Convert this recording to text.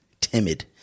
timid